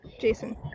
Jason